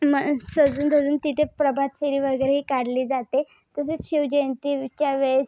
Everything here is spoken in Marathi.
मग सजूनधजून तिथे प्रभातफेरी वगैरेही काढली जाते तसेच शिवजयंतीच्या वेळेस